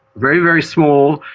very, very small,